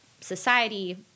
society